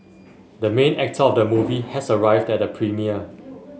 the main actor of the movie has arrived at the premiere